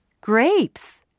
Grapes